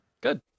Good